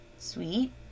Sweet